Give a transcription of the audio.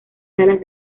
salas